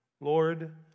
Lord